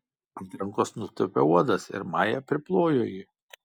ant rankos nutūpė uodas ir maja priplojo jį